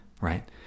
right